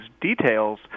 details